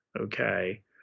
okay